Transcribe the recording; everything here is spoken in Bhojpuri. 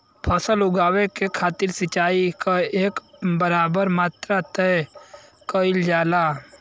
फसल उगावे के खातिर सिचाई क एक बराबर मात्रा तय कइल जाला